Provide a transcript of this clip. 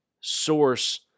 source